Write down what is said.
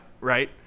right